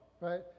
right